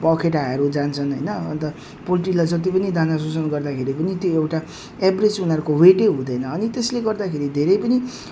पखेटाहरू जान्छन् होइन अन्त पोल्ट्रीलाई जति पनि दाना पोषण गर्दाखेरि पनि त्यो एउटा एभ्रेज उनीहरूको वेट हुँदैन अनि त्यसले गर्दाखेरि धेरै पनि